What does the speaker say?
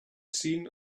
seen